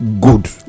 good